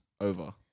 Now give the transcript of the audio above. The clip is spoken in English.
over